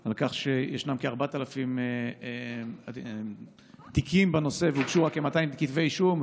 על כך שישנם כ-4,000 תיקים בנושא ושהוגשו רק כ-200 כתבי אישום,